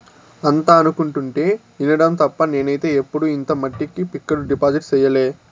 అంతా అనుకుంటుంటే ఇనడం తప్ప నేనైతే ఎప్పుడు ఇంత మట్టికి ఫిక్కడు డిపాజిట్ సెయ్యలే